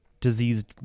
diseased